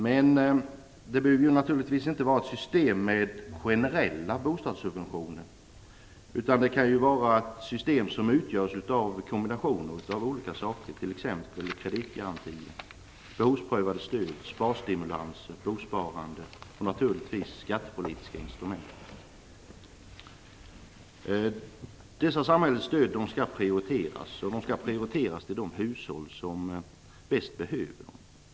Men det behöver naturligtvis inte vara ett system med generella bostadssubventioner. Det kan vara ett system som utgörs av kombinationer av olika saker t.ex. kreditgarantier, behovsprövade stöd, sparstimulanser, bosparande och naturligtvis skattepolitiska instrument. När det gäller dessa samhälleliga stöd skall prioriteringar göras. De hushåll som mest behöver stöd skall prioriteras.